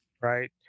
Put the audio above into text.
right